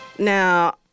Now